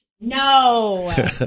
No